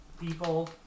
people